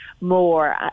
more